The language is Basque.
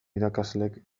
irakaslek